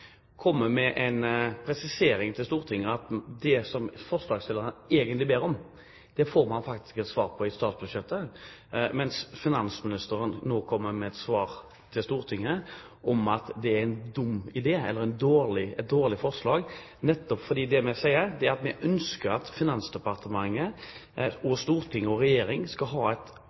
kommer med en presisering til Stortinget om at det forslagsstillerne egentlig ber om, får man faktisk svar på i statsbudsjettet, mens finansministeren nå kommer med et svar til Stortinget om at det er en dum idé eller et dårlig forslag. Vi ønsker at Finansdepartementet, Stortinget og Regjeringen skal ha et